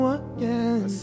again